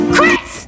Chris